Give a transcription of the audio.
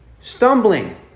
stumbling